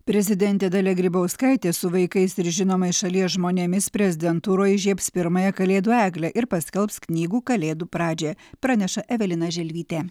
prezidentė dalia grybauskaitė su vaikais ir žinomais šalies žmonėmis prezidentūroje įžiebs pirmąją kalėdų eglę ir paskelbs knygų kalėdų pradžią praneša evelina želvytė